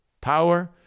power